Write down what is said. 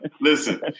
Listen